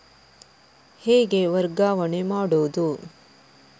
ಹೇಗೆ ವರ್ಗಾವಣೆ ಮಾಡುದು?